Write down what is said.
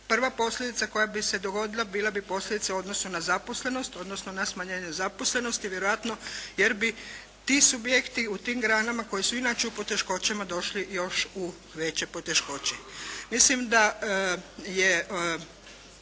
prva posljedica koja bi se dogodila bila bi posljedica u odnosu na zaposlenost odnosno na smanjenje zaposlenosti vjerojatno jer bi ti subjekti u tim granama koji su inače u poteškoćama došli još u veće poteškoće.